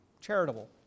charitable